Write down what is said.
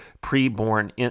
pre-born